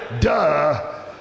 Duh